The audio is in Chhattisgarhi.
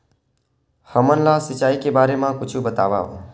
हमन ला सिंचाई के बारे मा कुछु बतावव?